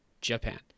japan